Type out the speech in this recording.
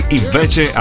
invece